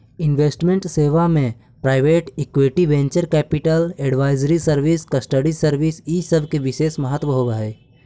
investment सेवा में private equity, venture capital, advisory service, custody service इ सब के विशेष महत्व होवऽ हई